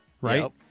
right